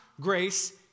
grace